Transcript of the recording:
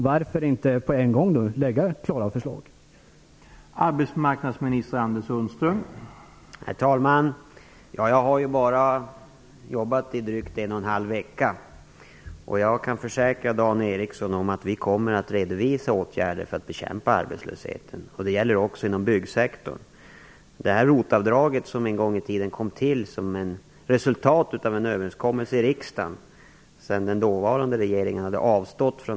Varför läggar ni inte på en gång fram klara förslag om det?